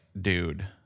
dude